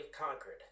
conquered